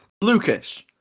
Lucas